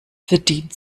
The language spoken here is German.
verdient